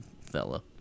fella